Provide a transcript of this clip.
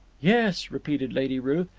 yes, repeated lady ruth.